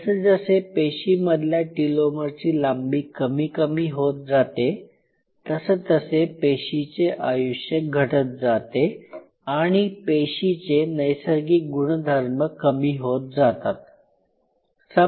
जसजसे पेशीमधल्या टिलोमरची लांबी कमी कमी होत जाते तसतसे पेशीचे आयुष्य घटत जाते आणी पेशीचे नैसर्गिक गुणधर्म कमी होत जातात